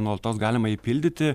nuolatos galima jį pildyti